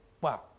wow